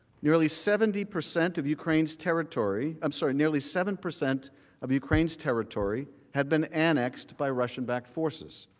nearly seventy percent of ukraine's territory, um sort of nearly seven percent of ukraine's territory, have been annexed by russian backed forces.